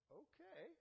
okay